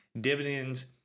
dividends